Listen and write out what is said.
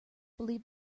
believe